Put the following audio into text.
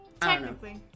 Technically